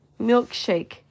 milkshake